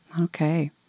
Okay